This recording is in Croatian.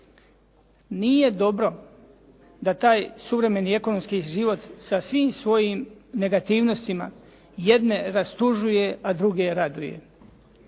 Nije dobro da taj suvremeni ekonomski život sa svim svojim aktivnostima jedne rastužuje, a druge raduje.